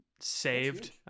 saved